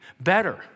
better